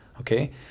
Okay